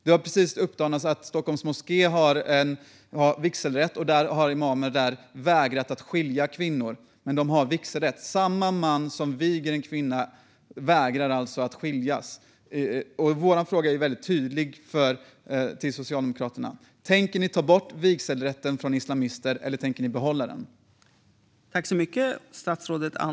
Det har just uppdagats att i Stockholms moské, som har vigselrätt, har imamer vägrat att låta kvinnor skiljas. Men de har vigselrätt. Samma man som viger en kvinna och en man vägrar alltså att låta kvinnan skiljas. Vår fråga till Socialdemokraterna är tydlig: Tänker ni ta bort vigselrätten från islamister, eller tänker ni behålla den?